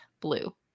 Blue